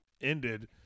ended